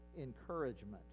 encouragement